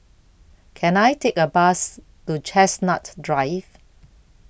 Can I Take A Bus to Chestnut Drive